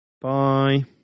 Bye